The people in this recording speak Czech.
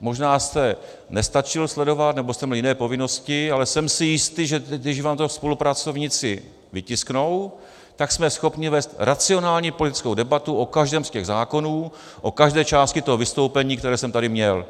Možná jste nestačil sledovat nebo jste měl jiné povinnosti, ale jsem si jistý, že když vám to spolupracovníci vytisknou, tak jsme schopni vést racionální politickou debatu o každém z těch zákonů, o každé části toho vystoupení, které jsem tady měl.